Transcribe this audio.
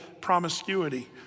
promiscuity